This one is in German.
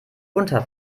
unter